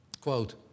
quote